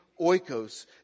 oikos